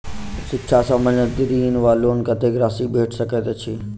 शिक्षा संबंधित ऋण वा लोन कत्तेक राशि भेट सकैत अछि?